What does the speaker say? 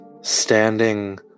Standing